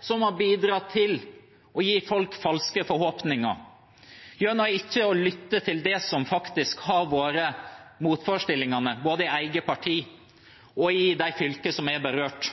som har bidratt til å gi folk falske forhåpninger gjennom ikke å lytte til det som faktisk har vært motforestillingene, både i eget parti og i de fylkene som er berørt.